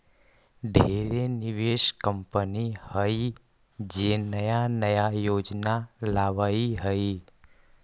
ढेरे निवेश कंपनी हइ जे नया नया योजना लावऽ हइ